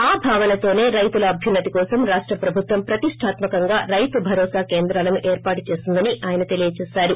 ఆ భావనతోసే రైతుల అభ్యున్నతి కోసం రాష్ట ప్రభుత్వం ప్రతిష్టాత్మకంగా రైతు భరోసా కేంద్రాలను ఏర్పాటు చేసిందని ఆయన తెలియజేశారు